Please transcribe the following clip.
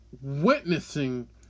witnessing